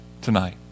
tonight